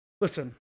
listen